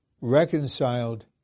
reconciled